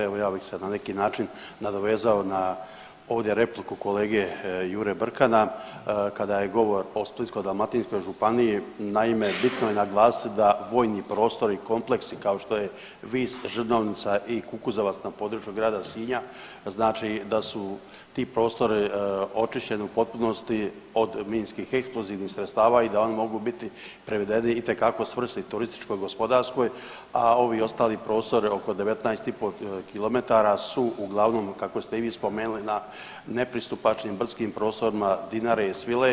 Evo ja bih se na neki način nadovezao na ovdje repliku kolege Jure Brkana kada je govor o Splitsko-dalmatinskoj županiji, naime bitno je naglasiti da vojni prostori i kompleksi kao što je Vis, Žrnovnica i Kukuzovac na području grada Sinja znači da su ti prostori očišćeni u prostori od minskih eksplozivnih sredstava i da oni mogu biti privedeni itekako svrsi turističko gospodarskoj, a ovi ostali prostori oko 19,5 km su uglavnom kako ste i vi spomenuli na nepristupačnim brdskim prostorima Dinare i Svilaje.